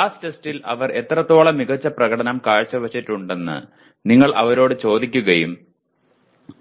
class ടെസ്റ്റിൽ അവർ എത്രത്തോളം മികച്ച പ്രകടനം കാഴ്ചവച്ചിട്ടുണ്ടെന്ന് നിങ്ങൾ അവരോട് ചോദിക്കുകയും